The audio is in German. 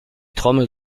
trommel